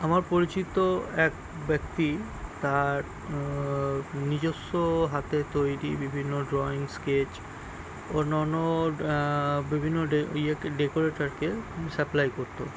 আমার পরিচিত এক ব্যক্তি তার নিজস্ব হাতে তৈরি বিভিন্ন ড্রয়িং স্কেচ অন্য অন্য বিভিন্ন ইয়ে ডেকোরেটরকে সাপ্লাই করি